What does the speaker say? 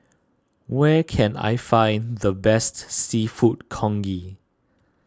where can I find the best Seafood Congee